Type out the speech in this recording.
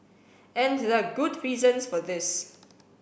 and there are good reasons for this